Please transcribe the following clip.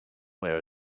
were